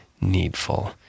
needful